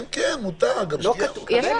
מים מותר, גם שתייה מותר.